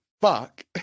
fuck